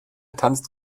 tanzt